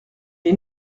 les